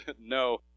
no